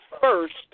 first